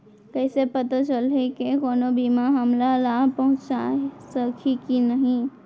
कइसे पता चलही के कोनो बीमा हमला लाभ पहूँचा सकही के नही